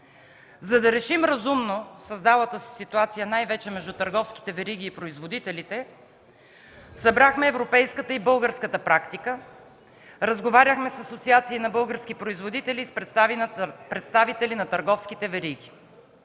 За да решим разумно създалата се ситуация най-вече между търговските вериги и производителите, събрахме европейската и българската практика, разговаряхме с асоциации на български производители и с представители на търговските вериги.